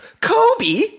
Kobe